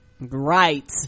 right